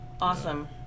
Awesome